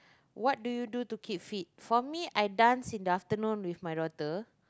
what do you do to keep fit for me I dance in the afternoon with my daughter